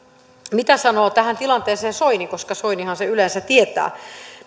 mitä sanoo tähän tilanteeseen soini koska soinihan se yleensä tietää